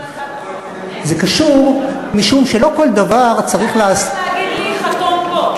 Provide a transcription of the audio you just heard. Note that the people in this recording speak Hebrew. מה זה קשור להצעת החוק?